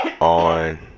on